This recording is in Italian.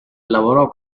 lavorò